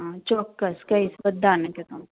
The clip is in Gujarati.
હં ચોક્કસ કહીશ બધાને કે તમે